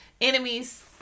enemies